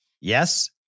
Yes